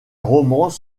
romans